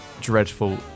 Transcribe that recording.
dreadful